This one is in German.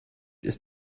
ist